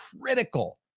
critical